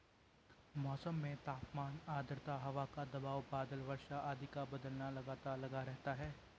मौसम में तापमान आद्रता हवा का दबाव बादल वर्षा आदि का बदलना लगातार लगा रहता है